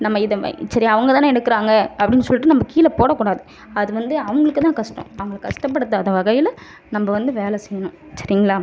நம்ம இதுமேரி சரியா அவங்க தான் எடுக்கிறாங்க அப்படின்னு சொல்லிவிட்டு நம்ம கீழே போடக்கூடாது அது வந்து அவங்களுக்கு தான் கஷ்டம் அவங்களை கஷ்டப்படுத்தாத வகையில் நம்ம வந்து வேலலை செய்யணும் சரிங்களா